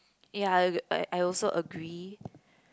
ya I ag~ I also agree